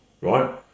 right